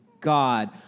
God